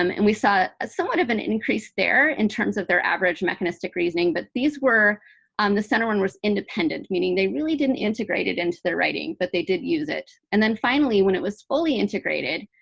um and we saw as somewhat of an increase there in terms of their average mechanistic reasoning. but these were um the center one was independent, meaning they really didn't integrate it into their writing, but they did use it. and then finally, when it was fully integrated,